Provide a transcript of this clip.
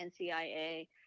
NCIA